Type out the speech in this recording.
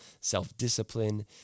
self-discipline